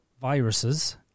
viruses